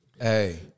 Hey